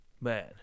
man